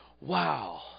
wow